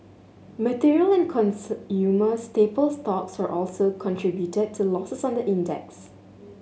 material and staple stocks also contributed to losses on the index